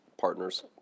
partners